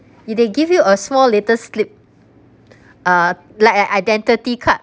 did they give you a small little slip uh like an identity card